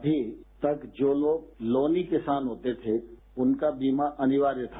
अमी तक जो लोग लोनी किसान होते थे उनका बीमा अनिवार्य था